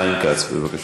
חיים כץ, בבקשה.